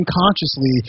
unconsciously